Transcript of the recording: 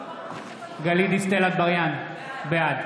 גלית דיסטל אטבריאן, בעד